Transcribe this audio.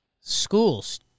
Schools